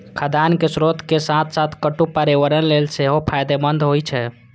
खाद्यान्नक स्रोत के साथ साथ कट्टू पर्यावरण लेल सेहो फायदेमंद होइ छै